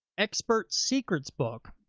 expert secrets book.